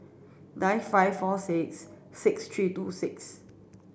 nine five four six six three two six